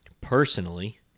personally